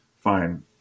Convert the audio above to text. fine